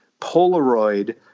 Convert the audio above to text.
Polaroid